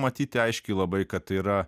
matyti aiškiai labai kad yra